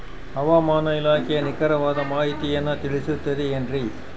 ಹವಮಾನ ಇಲಾಖೆಯ ನಿಖರವಾದ ಮಾಹಿತಿಯನ್ನ ತಿಳಿಸುತ್ತದೆ ಎನ್ರಿ?